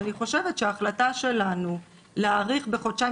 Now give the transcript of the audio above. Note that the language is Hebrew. אז אני חושבת שההחלטה שלנו להאריך בחודשיים.